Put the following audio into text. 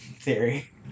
theory